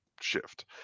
shift